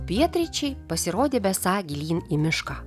pietryčiai pasirodė besą gilyn į mišką